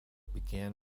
began